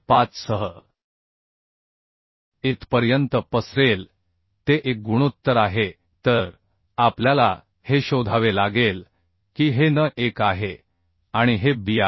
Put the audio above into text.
5 सह इथपर्यंत पसरेल ते 1 गुणोत्तर आहे तर आपल्याला हे शोधावे लागेल की हे n1 आहे आणि हे b आहे